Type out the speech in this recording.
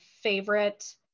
favorite